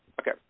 Okay